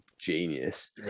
genius